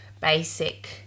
basic